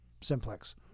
simplex